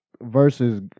versus